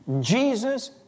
Jesus